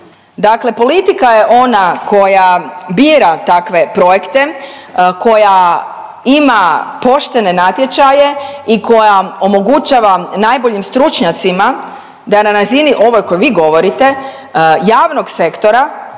Dakle, politika je ona koja bira takve projekte, koja ima poštene natječaje i koja omogućava najboljim stručnjacima da na razini ovoj kojoj vi govorite javnog sektora